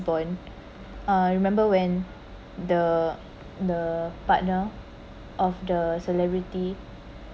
born I remember when the the partner of the celebrity